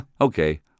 okay